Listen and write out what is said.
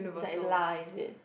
is like lah is it